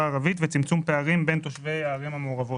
הערבית וצמצום פערים בין תושבי הערים המעורבות.